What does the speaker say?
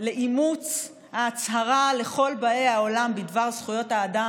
לאימוץ ההצהרה לכל באי העולם בדבר זכויות האדם